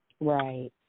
Right